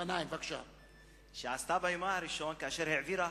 כאשר העבירה